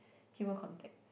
human contact